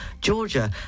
Georgia